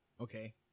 Okay